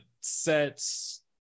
sets